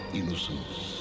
Innocence